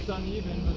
uneven,